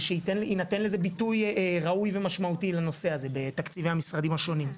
ושיינתן לזה ביטוי ראוי ומשמעותי לנושא הזה בתקציבי המשרדים השונים.